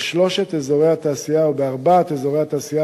בשלושת אזורי התעשייה או בארבעת אזורי התעשייה